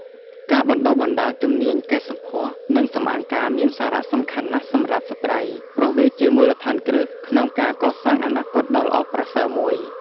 ការបណ្តុះបណ្តាលជំនាញកែសម្ផស្ស និងសម្អាងការមានសារៈសំខាន់ណាស់សម្រាប់ស្ត្រី ព្រោះវាជាមូលដ្ឋានគ្រឹះក្នុងការកសាងអនាគតដ៏ល្អប្រសើរមួយ។